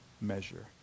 measure